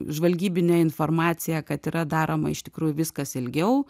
žvalgybinę informaciją kad yra daroma iš tikrųjų viskas ilgiau